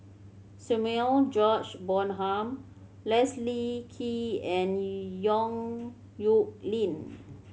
Samuel George Bonham Leslie Kee and Yong Nyuk Lin